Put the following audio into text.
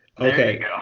Okay